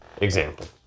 example